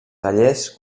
tallers